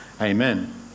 Amen